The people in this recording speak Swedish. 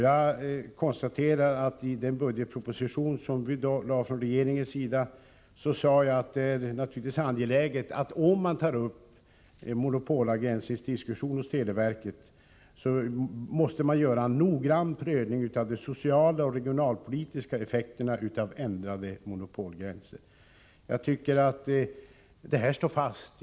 Jag konstaterar också att jag framhöll i regeringens budgetproposition att det är angeläget att man vid en eventuell diskussion om monopolavgränsning för televerket gör en noggrann prövning av de sociala och regionalpolitiska effekterna av ändrade monopolgränser. Detta står fast.